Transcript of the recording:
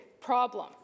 problem